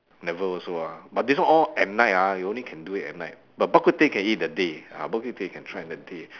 never also ah but this one all at night ah you only can do it at night but bak-kut-teh can eat in the day ah bak-kut-teh you can try in the day